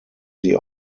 sie